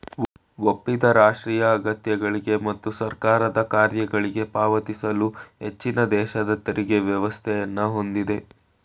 ಒಪ್ಪಿದ ರಾಷ್ಟ್ರೀಯ ಅಗತ್ಯಗಳ್ಗೆ ಮತ್ತು ಸರ್ಕಾರದ ಕಾರ್ಯಗಳ್ಗಾಗಿ ಪಾವತಿಸಲು ಹೆಚ್ಚಿನದೇಶದ ತೆರಿಗೆ ವ್ಯವಸ್ಥೆಯನ್ನ ಹೊಂದಿದೆ